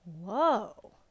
whoa